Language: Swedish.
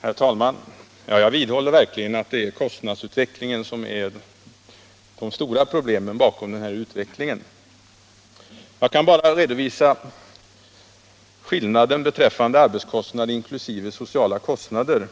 Herr taiman! Jag vidhåller verkligen att det är kostnadsutvecklingen som är det stora problemet bakom denna utveckling. Låt mig här bara redovisa skillnaden i arbetskostnad per timme, inkl. sociala kostnader,